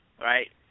right